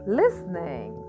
listening